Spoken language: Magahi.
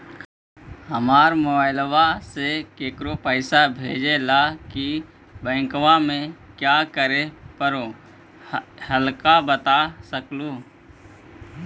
हमरा मोबाइलवा से केकरो पैसा भेजे ला की बैंकवा में क्या करे परो हकाई बता सकलुहा?